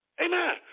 Amen